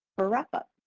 for wrap up.